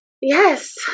Yes